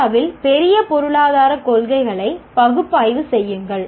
இந்தியாவில் பெரிய பொருளாதார கொள்கைகளை பகுப்பாய்வு செய்யுங்கள்